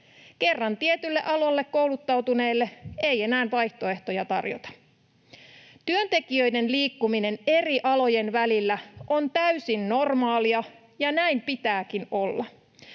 Kerran tietylle alalle kouluttautuneille ei enää vaihtoehtoja tarjota. Työntekijöiden liikkuminen eri alojen välillä on täysin normaalia, ja näin pitääkin olla.